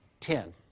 ten